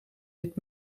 dit